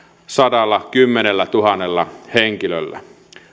sadallakymmenellätuhannella henkilöllä